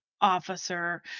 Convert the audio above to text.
officer